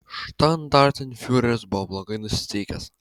štandartenfiureris buvo blogai nusiteikęs